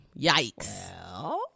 Yikes